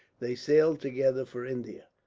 they sailed together for india.